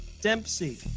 Dempsey